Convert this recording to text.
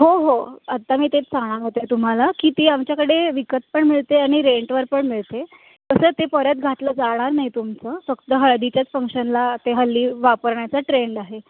हो आत्ता मी तेच सांगणार होते तुम्हाला की ती आमच्याकडे विकत पण मिळते आणि रेंटवर पण मिळते कसं आहे ते परत घातलं जाणार नाही तुमचं फक्त हळदीच्याच फंक्शनला ते हल्ली वापरण्याचा ट्रेंड आहे